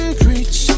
preach